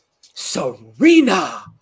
Serena